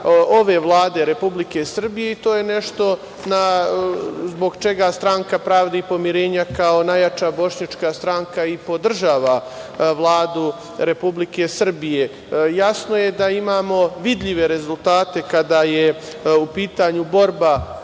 ove Vlade Republike Srbije i to je nešto zbog čega stranka pravde i pomirenja kao najjača bošnjačka stranka i podržava Vladu Republike Srbije. Jasno je da imamo vidljive rezultate kada je u pitanju borba